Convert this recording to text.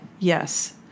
Yes